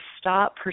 stop